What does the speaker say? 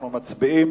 אנחנו מצביעים